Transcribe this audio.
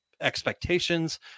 expectations